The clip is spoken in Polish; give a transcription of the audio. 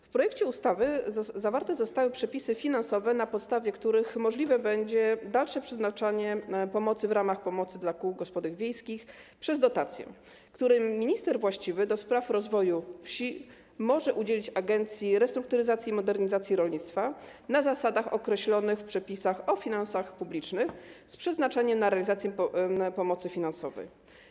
W projekcie ustawy zawarte zostały przepisy finansowe, na podstawie których możliwe będzie dalsze przeznaczanie pomocy dla kół gospodyń wiejskich przez dotacje, których minister właściwy do spraw rozwoju wsi może udzielić Agencji Restrukturyzacji i Modernizacji Rolnictwa na zasadach określonych w przepisach o finansach publicznych z przeznaczeniem na realizację pomocy finansowej.